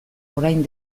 orain